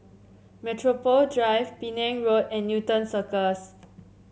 Metropole Drive Penang Road and Newton Cirus